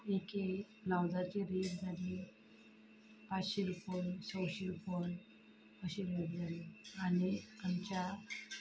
एक ब्लाउसाची रेट जाली पांचशी रुपया संयशी रुपया अशी रेट जाली आनी आमच्या